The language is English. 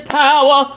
power